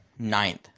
Ninth